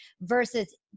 versus